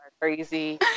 crazy